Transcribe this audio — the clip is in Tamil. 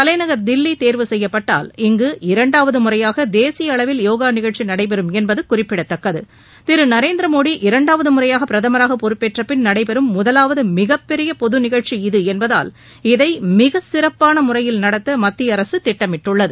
தலைநகர் தில்லி தேர்வு செய்யப்பட்டால் இங்கு இரண்டாவது முறையாக தேசிய அளவில் யோகா நிகழ்ச்சி நடைபெறும் என்பது குறிப்பிடத்தக்கது திரு நரேந்திரமோடி இரண்டாவது முறையாக பிரதமராக பொறுப்பேற்றபின் நடைபெறும் முதவாவது மிகப்பெரிய பொது நிகழ்ச்சி இது என்பதால் இதை மிக சிறப்பான முறையில் நடத்த மத்தியஅரசு திட்டமிட்டுள்ளது